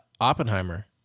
Oppenheimer